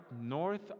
north